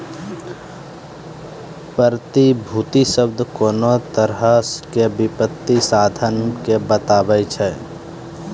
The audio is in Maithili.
प्रतिभूति शब्द कोनो तरहो के वित्तीय साधन के बताबै छै